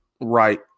right